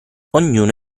ognuno